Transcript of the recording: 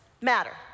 matter